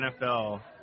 NFL